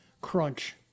crunch